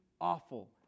awful